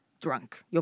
Drunk